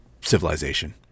civilization